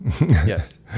Yes